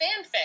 fanfic